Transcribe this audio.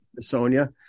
sonia